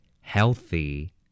Healthy